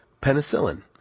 Penicillin